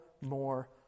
more